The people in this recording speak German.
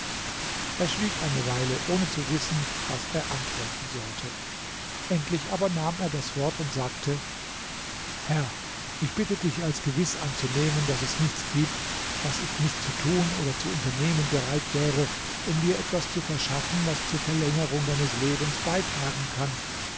er schwieg eine weile ohne zu wissen was er antworten sollte endlich aber nahm er das wort und sagte herr ich bitte dich als gewiß anzunehmen daß es nichts gibt was ich nicht zu tun oder zu unternehmen bereit wäre um dir etwas zu verschaffen was zur verlängerung deines lebens beitragen kann